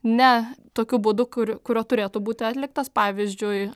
ne tokiu būdu kur kuriuo turėtų būti atliktas pavyzdžiui